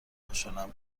خوشحالم